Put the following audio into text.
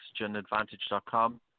oxygenadvantage.com